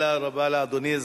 תודה רבה לאדוני.